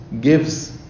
gives